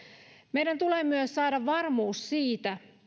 meidän tulee myös saada varmuus siitä